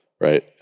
right